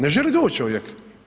Ne želi doći čovjek.